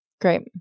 Great